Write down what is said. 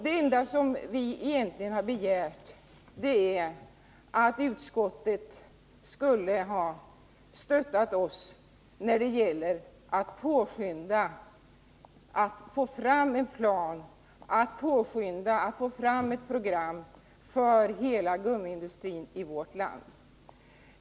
Det enda vi egentligen har begärt är att utskottet skulle ha stöttat oss när det gäller att påskynda att få fram ett program för hela gummiindustrin i vårt land.